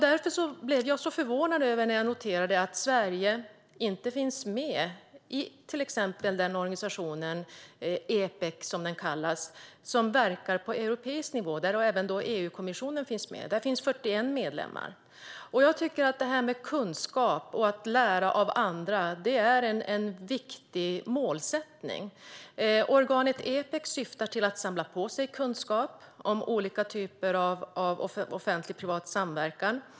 Därför blev jag så förvånad när jag noterade att Sverige inte finns med i till exempel den organisation, Epec, som verkar på europeisk nivå. Där finns även EU-kommissionen med. Antalet medlemmar är 41. Kunskap och att lära av andra är viktigt. Organet Epec syftar till att samla på sig kunskap om olika typer av offentlig-privat samverkan.